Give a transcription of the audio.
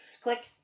Click